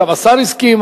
גם השר הסכים,